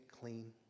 clean